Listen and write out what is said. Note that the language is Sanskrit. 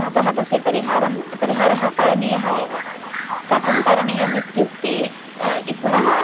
अतः तस्य परिहारं परिहारः करणीयः एव कथं करणीयम् इत्युक्ते इ पुनः